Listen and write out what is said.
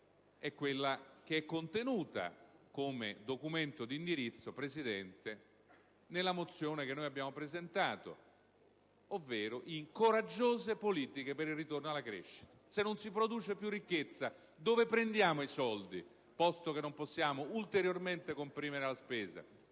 è quella contenuta, come documento di indirizzo, nella mozione da noi presentata, ovvero in coraggiose politiche per il ritorno alla crescita. Se non si produce più ricchezza, da dove si prendono i soldi, posto che non si può ulteriormente comprimere la spesa